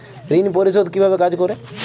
ঋণ পরিশোধ কিভাবে কাজ করে?